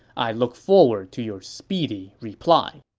i look forward to your speedy reply.